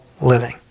living